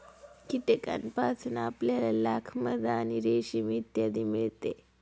कीटकांपासून आपल्याला लाख, मध आणि रेशीम इत्यादी मिळते